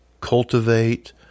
cultivate